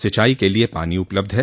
सिंचाई के लिये पानी उपलब्ध है